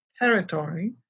territory